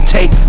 Take